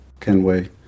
Kenway